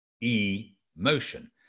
e-motion